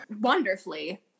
Wonderfully